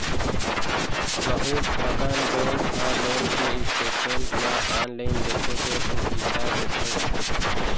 बहुत अकन बेंक ह लोन के स्टेटमेंट ल आनलाइन देखे के सुभीता देथे